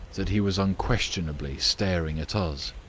that he was unquestionably staring at us.